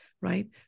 right